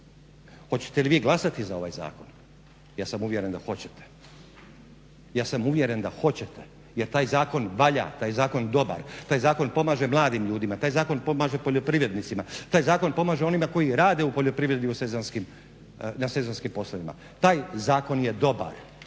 Hoćete li vi glasati za ovaj zakon, ja sam uvjeren da hoćete. Ja sam uvjeren da hoćete jer taj zakon valja, taj zakon je dobar, taj zakon pomaže mladim ljudima, taj zakon pomaže poljoprivrednicima, taj zakon pomaže onima koji rade u poljoprivredi na sezonskim poslovima. Taj zakon je dobar